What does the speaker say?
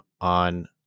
on